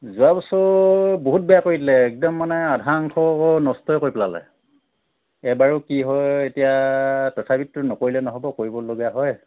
যোৱা বছৰ বহুত বেয়া কৰি দিলে একদম মানে আধা অংশ নষ্টই কৰি পেলালে এবাৰো কি হয় এতিয়া তথাপিতো নকৰিলে নহ'ব কৰিবলগীয়া হয়